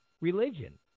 religion